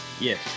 Yes